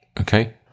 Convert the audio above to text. Okay